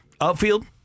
Outfield